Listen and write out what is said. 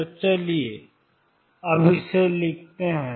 तो चलिए अब इसे लिखते हैं